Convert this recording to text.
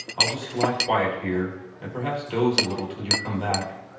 i'll just lie quiet here, and perhaps doze a little till you come back.